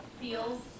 feels